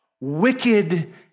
wicked